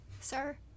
sir